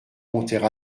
montaient